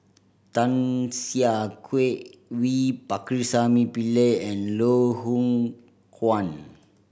Tan Siah Kwee V Pakirisamy Pillai and Loh Hoong Kwan